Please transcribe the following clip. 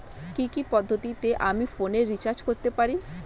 কি কি পদ্ধতিতে আমি ফোনে রিচার্জ করতে পারি?